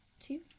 two